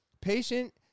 Patient